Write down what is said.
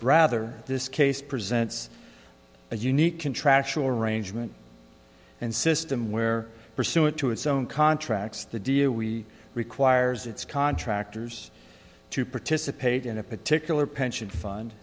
rather this case presents a unique contractual arrangement and system where pursuant to its own contracts the deal we requires its contractors to participate in a particular pension fund